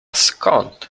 skąd